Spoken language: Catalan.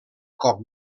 cop